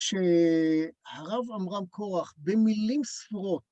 שהרב עמרם קורח במילים ספורות.